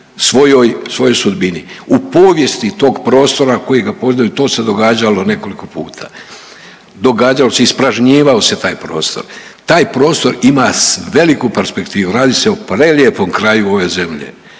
svojoj sudbini. U povijesti tog prostora koji ga poznaju to se događalo nekoliko puta. Događalo se, ispražnjivao se taj prostor. Taj prostor ima veliku perspektivu, radi se o prelijepom kraju ove zemlje